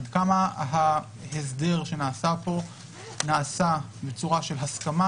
עד כמה ההסדר שנעשה פה נעשה בצורה של הסכמה